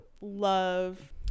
love